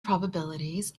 probabilities